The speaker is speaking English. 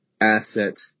asset